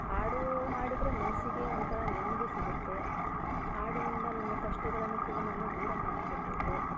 ಹಾಡು ಹಾಡಿದರೆ ಮನಸ್ಸಿಗೆ ಒಂಥರ ನೆಮ್ಮದಿ ಸಿಗುತ್ತೆ ಹಾಡಿನಿಂದ ನನ್ನ ಕಷ್ಟಗಳನ್ನು ಕೂಡ ನಾನು ದೂರ ಮಾಡ್ಕೋಬಹುದು